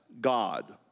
God